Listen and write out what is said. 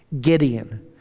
Gideon